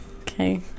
Okay